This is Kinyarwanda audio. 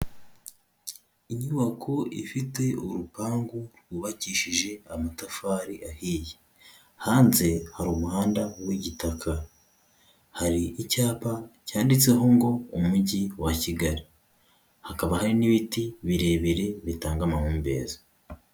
Inyubako ifite urupangu rwubakishije amatafari ahiye, hanze hari umuhanda w'igitaka, hari icyapa cyanditseho ngo umujyi wa Kigali, hakaba hari n'ibiti birebire bitanga amahumbezi.